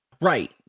right